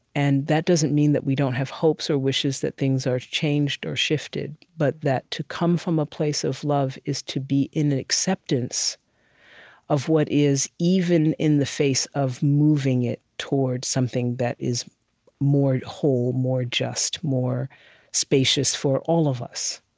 and that doesn't mean that we don't have hopes or wishes that things are changed or shifted, but that to come from a place of love is to be in acceptance of what is, even in the face of moving it towards something that is more whole, more just, more spacious for all of us.